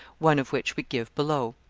one of which we give below.